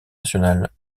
nationale